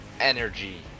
energy